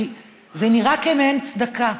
כי זה נראה כמעין צדקה,